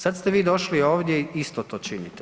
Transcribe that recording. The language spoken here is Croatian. Sad ste vi došli ovdje i isto to činite.